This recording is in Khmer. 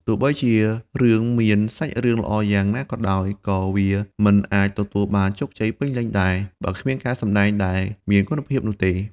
ទោះបីជារឿងមានសាច់រឿងល្អយ៉ាងណាក៏ដោយ ក៏វាមិនអាចទទួលបានជោគជ័យពេញលេញដែរ បើគ្មានការសម្ដែងដែលមានគុណភាពនោះទេ។